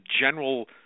general